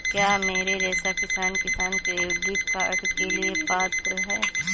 क्या मेरे जैसा किसान किसान क्रेडिट कार्ड के लिए पात्र है?